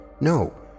No